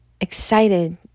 excited